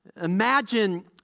Imagine